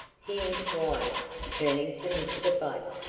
he inquired turning to mr. blake.